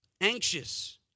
anxious